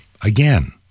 again